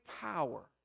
power